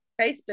Facebook